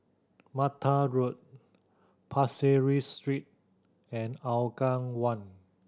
Mattar Road Pasir Ris Street and Aougang One